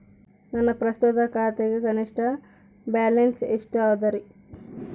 ನನ್ನ ಪ್ರಸ್ತುತ ಖಾತೆಗೆ ಕನಿಷ್ಠ ಬ್ಯಾಲೆನ್ಸ್ ಎಷ್ಟು ಅದರಿ?